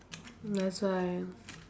that's why